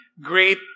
great